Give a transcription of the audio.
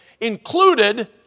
included